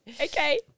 okay